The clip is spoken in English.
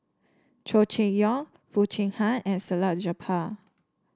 Chow Chee Yong Foo Chee Han and Salleh Japar